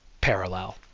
parallel